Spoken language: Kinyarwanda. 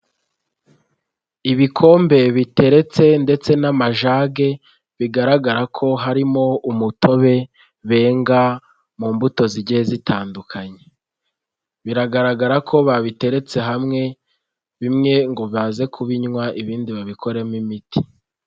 Ibikombe biteretse ndetse n'amajage bigaragara ko harimo umutobe bennga mu mbuto zigiye zitandukanye, biragaragara ko babiteretse hamwe bimwe ngo baze kubinywa, ibindi babikoremo imiti.